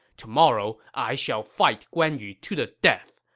tomorrow i shall fight guan yu to the death.